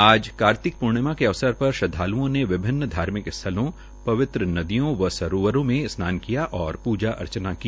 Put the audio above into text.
आज कार्तिक पूर्णिमा के अवसर पर श्रदवालुओं ने विभिन्न धार्मिक स्थलों पवित्र नदियों व सरोवरों में स्नान किया और प्जा अर्चना की